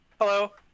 Hello